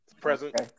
present